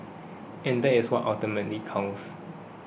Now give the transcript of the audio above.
and that is what ultimately counts